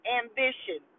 ambition